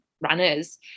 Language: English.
runners